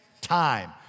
time